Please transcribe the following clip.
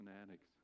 fanatics